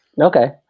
Okay